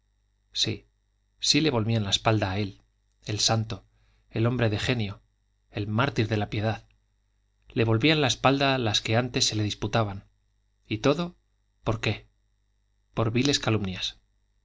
sí sí le volvían la espalda a él el santo el hombre de genio el mártir de la piedad le volvían la espalda las que antes se le disputaban y todo por qué por viles calumnias